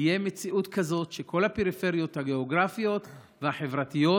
תהיה מציאות כזאת שכל הפריפריות הגיאוגרפיות והחברתיות,